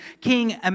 King